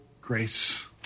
grace